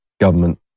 Government